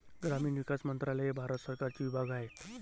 ग्रामीण विकास मंत्रालय हे भारत सरकारचे विभाग आहे